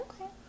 Okay